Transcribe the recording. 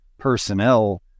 personnel